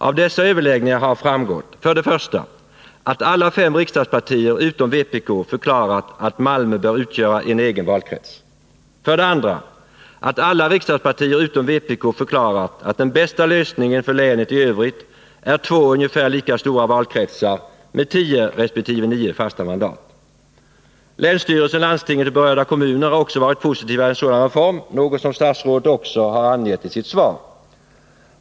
Av dessa överläggningar har framgått: 1. att alla fem riksdagspartierna utom vänsterpartiet kommunisterna förklarat att Malmö bör utgöra en egen valkrets, och 2. att alla riksdagspartier utom vpk förklarat att den bästa lösningen för länet i övrigt är två ungefär lika stora valkretsar med tio resp. nio fasta mandat. Länsstyrelsen, landstinget och berörda kommuner har också varit positiva till en sådan reform, något som statsrådet även har angivit i sitt svar.